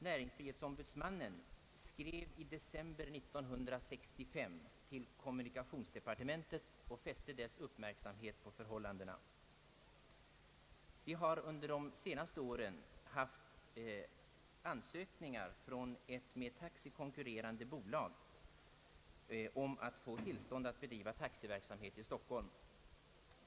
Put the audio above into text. Näringsfrihetsombudsmannen skrev i december 19635 till kommunikationsdepartementet och fäste dess uppmärksamhet på förhållandena. Vi har under de senaste åren haft ansökningar från ett med Taxi konkurrerande bolag om tillstånd att bedriva taxiverksamhet i Stockholm.